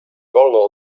wolno